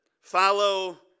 follow